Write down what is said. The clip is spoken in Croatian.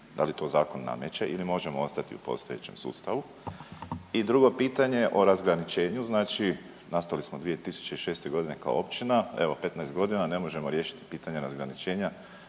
da li to Zakon nameće ili možemo ostati u postojećem sustavu? I drugo pitanje, o razgraničenju, znači nastali smo 2006. g. kao općina, evo 15 godina ne možemo riješiti pitanje razgraničenja